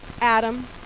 Adam